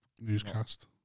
newscast